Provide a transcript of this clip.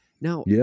Now